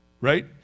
right